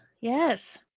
yes